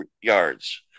Yards